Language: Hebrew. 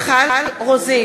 בעד מיכל רוזין,